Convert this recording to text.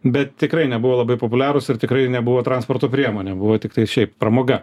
bet tikrai nebuvo labai populiarūs ir tikrai nebuvo transporto priemonė buvo tiktai šiaip pramoga